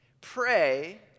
pray